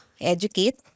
educate